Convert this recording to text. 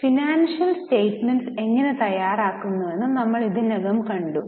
financial statements എങ്ങനെ തയ്യാറാക്കുന്നുവെന്ന് നമ്മൾ ഇതിനകം കണ്ടു